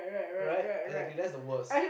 right exactly that's the worst